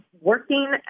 working